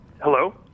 Hello